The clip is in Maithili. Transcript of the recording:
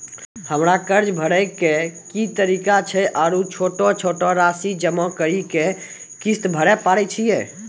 हमरा कर्ज भरे के की तरीका छै आरू छोटो छोटो रासि जमा करि के किस्त भरे पारे छियै?